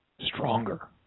stronger